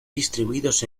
distribuidos